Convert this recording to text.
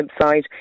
website